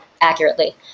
accurately